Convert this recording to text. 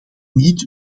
niet